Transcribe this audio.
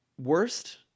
worst